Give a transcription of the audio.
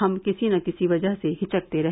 हम किसी न किसी वजह से हिचकते रहे